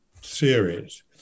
series